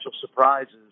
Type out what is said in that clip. surprises